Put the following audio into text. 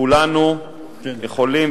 כולנו יכולים,